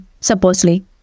supposedly